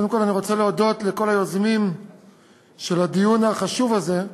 קודם כול אני רוצה להודות לכל היוזמים של הדיון החשוב הזה,